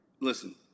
listen